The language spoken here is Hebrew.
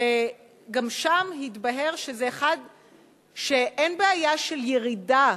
וגם שם התבהר שאין בעיה של ירידה